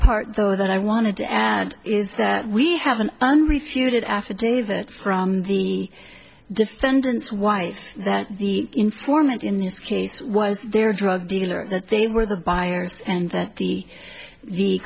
part though that i wanted to and is that we have an unrefuted affidavit from the defendant's wife that the informant in this case was their drug dealer that they were the buyers and that the the